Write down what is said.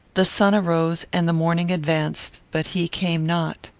the sun arose, and the morning advanced, but he came not.